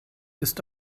ist